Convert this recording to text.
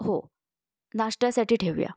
हो नाष्ट्यासाठी ठेऊ या